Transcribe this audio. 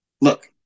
look